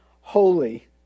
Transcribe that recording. holy